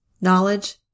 knowledge